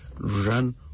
run